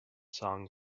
song